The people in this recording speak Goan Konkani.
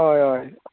हय हय